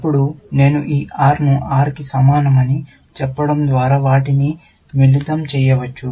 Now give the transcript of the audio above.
అప్పుడు నేను ఈ R ను R కి సమానమని చెప్పడం ద్వారా వాటిని మిళితం చేయవచ్చు